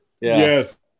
Yes